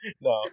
no